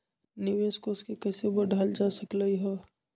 निवेश कोष के कइसे बढ़ाएल जा सकलई ह?